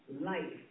life